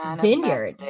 vineyard